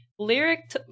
lyric